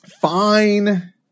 Fine